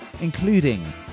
Including